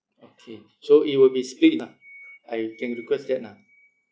okay so it will be split lah I can request that lah